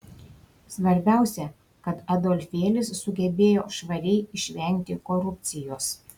svarbiausia kad adolfėlis sugebėjo švariai išvengti korupcijos